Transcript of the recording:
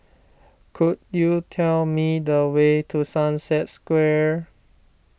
could you tell me the way to Sunset Square